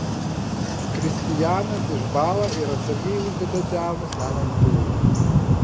kristijanas išbąla ir atsargiai uždeda delnus man ant pilvo